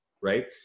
right